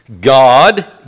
God